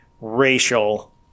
racial